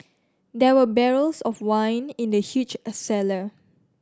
there were barrels of wine in the huge a cellar